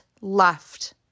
left